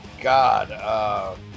God